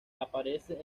aparece